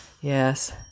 yes